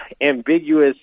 ambiguous